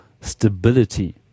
stability